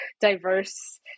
diverse